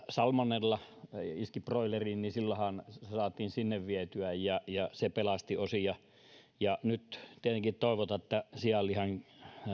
salmonella iski broileriin silloinhan sitä saatiin sinne vietyä ja ja se pelasti osin nyt tietenkin toivotaan että sianlihan